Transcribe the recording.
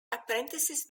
apprentices